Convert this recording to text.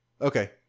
Okay